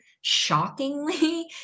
shockingly